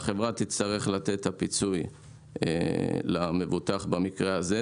והחברה תצטרך לתת את הפיצוי למבוטח במקרה הזה.